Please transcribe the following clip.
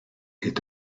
est